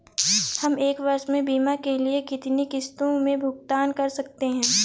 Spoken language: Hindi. हम एक वर्ष में बीमा के लिए कितनी किश्तों में भुगतान कर सकते हैं?